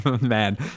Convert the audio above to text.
man